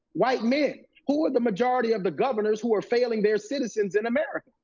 white men. who are the majority of the governors who are failing their citizens in america?